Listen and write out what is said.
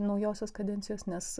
naujosios kadencijos nes